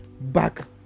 back